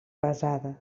pesada